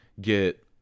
get